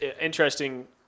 interesting